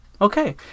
okay